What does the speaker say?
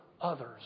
others